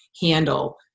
handle